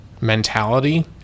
mentality